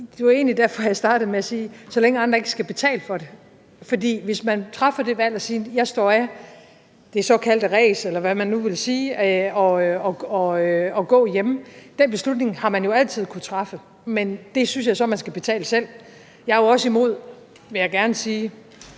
Det var egentlig derfor, jeg startede med at sige, at så længe andre ikke skal betale for det. Man har jo altid kunnet træffe det valg at sige, at man står af det såkaldte ræs, eller hvad man nu ville sige, for at gå hjemme, men det synes jeg så man selv skal betale for. Jeg er også imod – vil jeg gerne sige